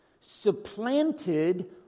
supplanted